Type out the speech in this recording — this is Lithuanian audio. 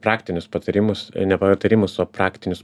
praktinius patarimus ne patarimus o praktinius